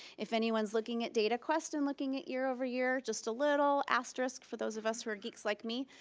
if anyone's looking at dataquest and looking at year over year, just a little asterisk for those of us who are geeks like me,